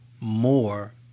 more